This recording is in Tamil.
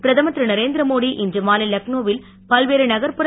பிரதமர் திருநரேந்திரமோடி இன்று மாலை லக்னோவில் பல்வேறு நகர்ப்புற